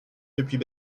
depuis